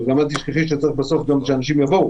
אבל אל תשכחי שבסוף צריך שאנשים יבואו.